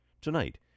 Tonight